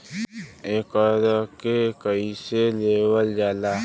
एकरके कईसे लेवल जाला?